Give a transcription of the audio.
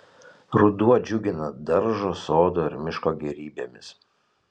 ruduo džiugina daržo sodo ir miško gėrybėmis